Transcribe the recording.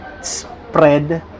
spread